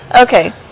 Okay